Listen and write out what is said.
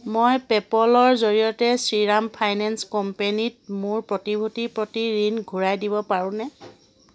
মই পে'পলৰ জৰিয়তে শ্ৰীৰাম ফাইনেন্স কোম্পেনীত মোৰ প্ৰতিভূতিৰ প্ৰতি ঋণ ঘূৰাই দিব পাৰোঁনে